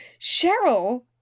Cheryl